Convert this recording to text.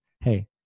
hey